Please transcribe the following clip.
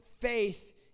faith